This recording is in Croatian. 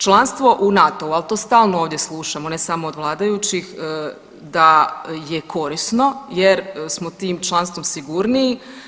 Članstvo u NATO-u, al to stalno ovdje slušamo ne samo od vladajućih da je korisno jer smo tim članstvom sigurniji.